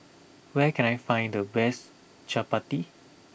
where can I find the best Chapati